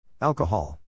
Alcohol